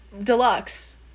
Deluxe